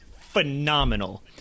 phenomenal